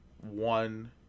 one